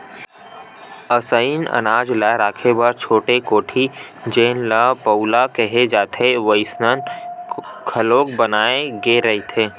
असइन अनाज ल राखे बर छोटे कोठी जेन ल पउला केहे जाथे वइसन घलोक बनाए गे रहिथे